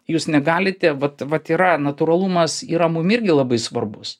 jūs negalite vat vat yra natūralumas yra mum irgi labai svarbus